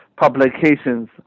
publications